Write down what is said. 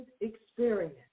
experience